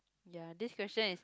ya this question is